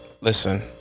Listen